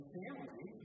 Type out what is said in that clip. family